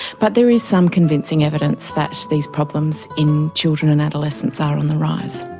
but there is some convincing evidence that these problems in children and adolescents are on the rise.